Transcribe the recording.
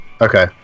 Okay